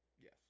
Yes